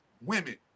women